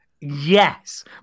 Yes